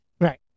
right